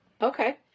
okay